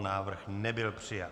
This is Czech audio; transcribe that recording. Návrh nebyl přijat.